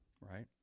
right